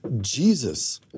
Jesus